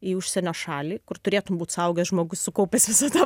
į užsienio šalį kur turėtum būt suaugęs žmogus sukaupęs visą tą